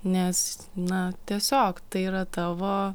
nes na tiesiog tai yra tavo